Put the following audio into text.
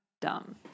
Dumb